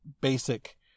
basic